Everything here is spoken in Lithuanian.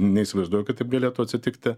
neįsivaizduoju kad taip galėtų atsitikti